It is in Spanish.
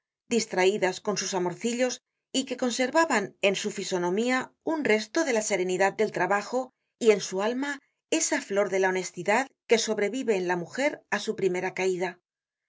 distraidas con sus amorcillos y que conservaban en su fisonomía un resto de la serenidad del trabajo y en su alma esa flor de la honestidad que sobrevive en la mujer á su primera caida